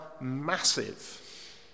massive